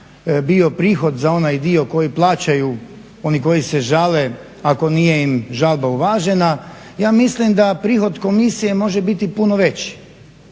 bio prihod za onaj dio koji plaćaju oni koji se žale ako nije im žalba uvažena. Ja mislim da prihod komisije može biti puno veći